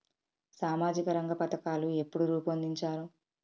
సామాజిక రంగ పథకాలు ఎప్పుడు రూపొందించారు?